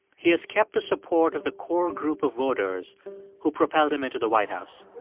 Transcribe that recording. he has kept the support of the core group of voters who propelled him into the white house